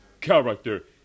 character